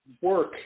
work